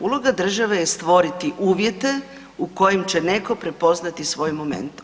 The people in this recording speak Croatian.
Uloga države je stvoriti uvjete u kojim će neko prepoznati svoj moment.